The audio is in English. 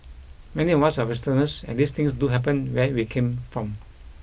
many of us are Westerners and these things do happen where we come from